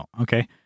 okay